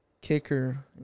kicker